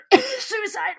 suicide